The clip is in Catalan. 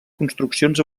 construccions